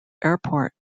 airport